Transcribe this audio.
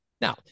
Now